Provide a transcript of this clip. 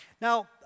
Now